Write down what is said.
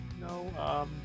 no